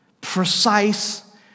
precise